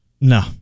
no